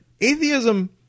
Atheism